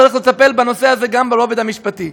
צריך לטפל בנושא הזה גם ברובד המשפטי.